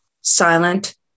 silent